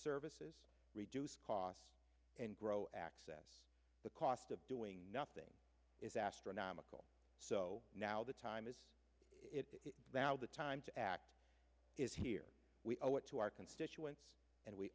services reduce costs and grow access the cost of doing nothing is astronomical so now the time is it now the time to act is here we owe it to our constituents and we